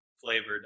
flavored